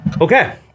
Okay